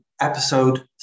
episode